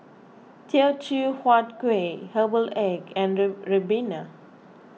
Teochew Huat Kueh Herbal Egg and Ribena